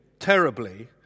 terribly